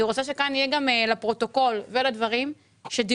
אני רוצה שכאן יהיה גם לפרוטוקול ולדברים שדירות